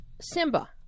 Simba